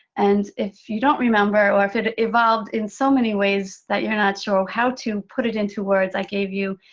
and if you don't remember, or if it evolved in so many ways you're not sure ah how to put it into words, i gave you